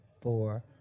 four